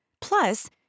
Plus